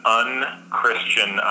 un-Christian